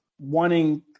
wanting